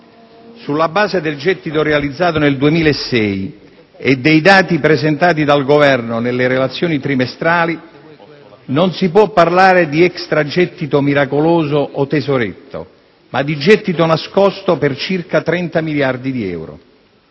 Sulla base del gettito realizzato nel 2006 e dei dati presentati dal Governo nelle relazioni trimestrali, non si può parlare di "extragettito miracoloso" o "tesoretto", ma di "gettito nascosto" per circa 30 miliardi di euro.